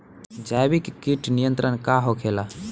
जैविक कीट नियंत्रण का होखेला?